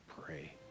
pray